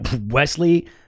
Wesley